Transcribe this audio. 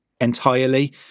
entirely